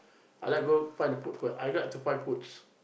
I like go find the food first I like to find foods